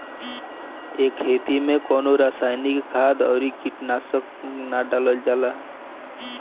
ए खेती में कवनो रासायनिक खाद अउरी कीटनाशक ना डालल जाला